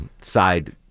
side